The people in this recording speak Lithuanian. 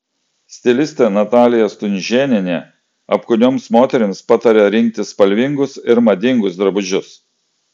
stilistė natalija stunžėnienė apkūnioms moterims pataria rinktis spalvingus ir madingus drabužius